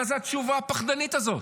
מה זו התשובה הפחדנית הזאת?